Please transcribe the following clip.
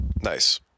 nice